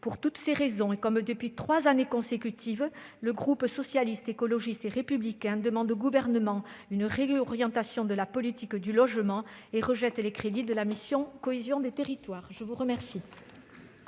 Pour toutes ces raisons, et comme depuis trois années consécutives, le groupe Socialiste, Écologiste et Républicain demande au Gouvernement une réorientation de la politique du logement et rejette les crédits de la mission « Cohésion des territoires ». La parole